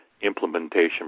implementation